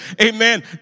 Amen